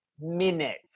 Minutes